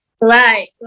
Right